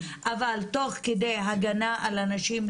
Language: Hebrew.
אבל תוך כדי הגנה על הנשים,